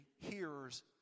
hearers